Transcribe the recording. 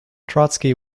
trotsky